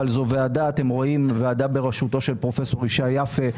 אבל זו ועדה בראשותו של פרופ' ישי יפה,